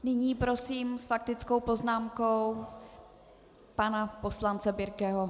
Nyní prosím s faktickou poznámkou pana poslance Birkeho.